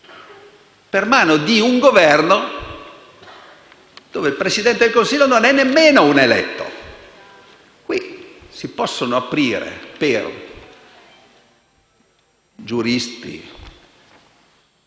per mano di un Governo il cui Presidente del Consiglio non è nemmeno un eletto. Qui si possono aprire scenari per giuristi